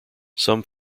some